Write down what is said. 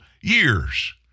years